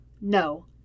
No